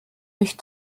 mich